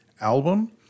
album